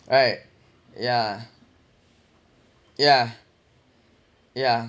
right yeah yeah yeah